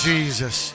Jesus